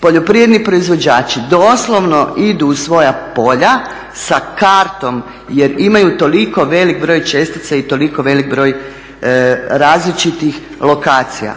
poljoprivredni proizvođači doslovno idu u svoja polja sa kartom jer imaju toliko velik broj čestica i toliko velik broj različitih lokacija.